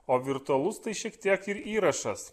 o virtualus tai šiek tiek ir įrašas